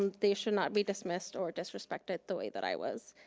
um they should not be dismissed or disrespected the way that i was.